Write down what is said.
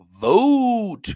vote